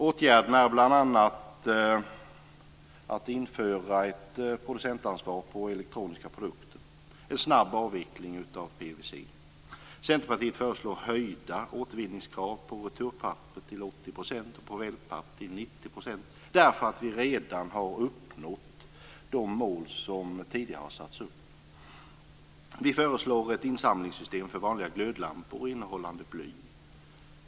Åtgärderna är bl.a. att införa ett producentansvar på elektroniska produkter, en snabb avveckling av PVC. Centerpartiet föreslår höjda återvinningskrav på returpapper till 80 % och wellpapp till 90 % därför att vi redan har uppnått de mål som tidigare satts upp. Vi föreslår ett insamlingssystem för vanliga glödlampor innehållande bly.